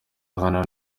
hano